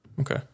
Okay